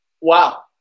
Wow